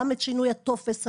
גם את שינוי הטופס,